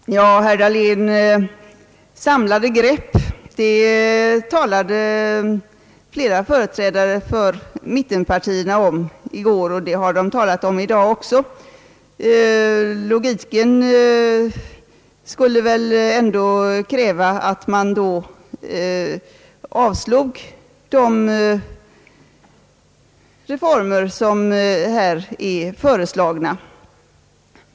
Herr talman! Herr Dahlén, samlade grepp talade flera företrädare för mittenpartierna om i går, och det har de talat om i dag också. Logiken skulle väl ändå kräva att man då avslog de reformer som här är föreslagna.